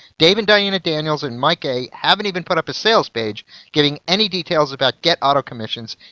dave and diana daniels and mike a, haven't even put up a sales page giving any details about get auto commissions,